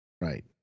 right